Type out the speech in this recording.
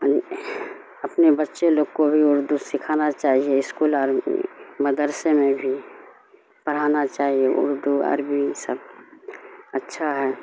اپنے بچے لوگ کو بھی اردو سکھانا چاہیے اسکول اور مدرسے میں بھی پڑھانا چاہیے اردو عربی سب اچھا ہے